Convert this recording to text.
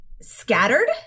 scattered